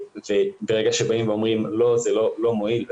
ברגע שאומרים לא, זה לא מועיל.